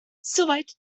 soweit